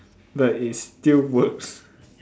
but it still works